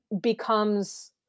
becomes